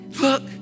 look